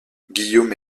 guillaume